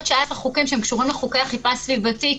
שאר החוקים שקשורים לחוקי אכיפה סביבתית,